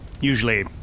usually